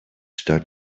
start